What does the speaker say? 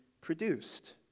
produced